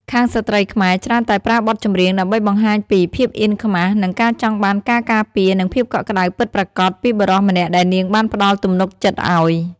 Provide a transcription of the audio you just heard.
ខាងស្រ្តីខ្មែរច្រើនតែប្រើបទចម្រៀងដើម្បីបង្ហាញពី "ភាពអៀនខ្មាស" និង "ការចង់បានការការពារ និងភាពកក់ក្តៅពិតប្រាកដ" ពីបុរសម្នាក់ដែលនាងបានផ្តល់ទំនុកចិត្តឱ្យ។